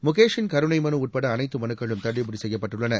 முகேஷின் கருணை மனு உட்பட அனைத்து மனுக்களும் தள்ளுபடி செய்யப்பட்டுள்ளன